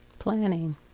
Planning